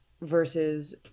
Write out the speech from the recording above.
versus